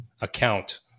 account